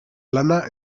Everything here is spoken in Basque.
lana